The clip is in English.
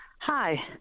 Hi